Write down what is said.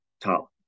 Top